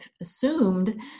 assumed